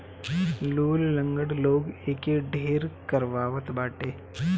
लूल, लंगड़ लोग एके ढेर करवावत बाटे